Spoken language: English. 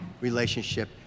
relationship